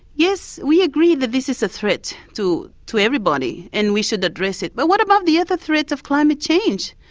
yes, we agree that this is a threat to to everybody, and we should address it, but what about the other threat of climate change?